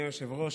אדוני היושב-ראש,